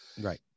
Right